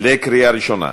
בקריאה ראשונה.